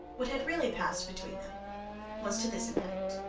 what had really passed between them was to this effect.